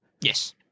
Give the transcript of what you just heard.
Yes